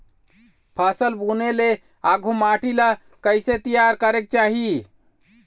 फसल बुने ले आघु माटी ला कइसे तियार करेक चाही?